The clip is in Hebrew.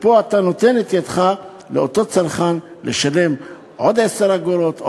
ופה אתה נותן את ידך שאותו צרכן ישלם עוד 10 אגורות,